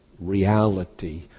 reality